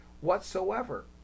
whatsoever